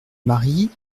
marie